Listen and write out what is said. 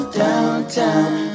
downtown